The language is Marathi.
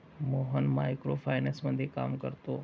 मोहन मायक्रो फायनान्समध्ये काम करतो